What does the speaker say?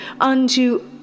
Unto